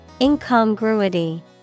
Incongruity